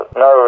no